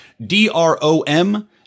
D-R-O-M